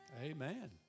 Amen